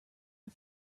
are